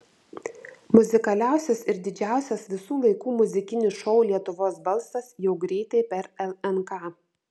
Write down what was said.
muzikaliausias ir didžiausias visų laikų muzikinis šou lietuvos balsas jau greitai per lnk